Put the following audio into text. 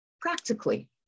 practically